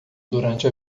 durante